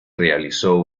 realizó